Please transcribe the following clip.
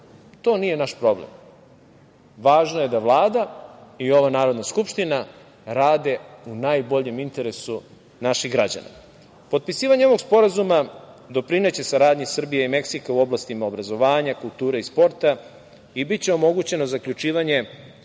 to nije naš problem. Važno je da Vlada i ova Narodna skupština rade u najboljem interesu naših građana. Potpisivanje ovog sporazuma doprineće saradnji Srbije i Meksika u oblastima obrazovanja, kulture i sporta i biće omogućeno zaključivanje